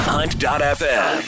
Hunt.fm